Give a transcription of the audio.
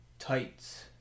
tights